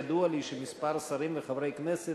ידוע לי שכמה שרים וחברי כנסת